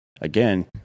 again